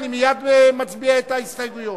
אני מייד מצביע על ההסתייגויות.